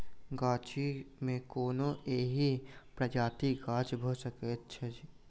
गाछी मे कोनो एकहि प्रजातिक गाछ भ सकैत अछि